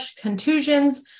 contusions